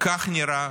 כך נראה